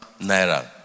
naira